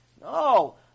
No